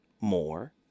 More